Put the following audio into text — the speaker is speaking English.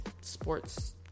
sports